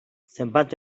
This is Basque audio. zenbat